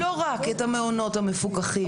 לא רק את המעונות המפוקחים,